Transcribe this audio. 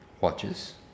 watches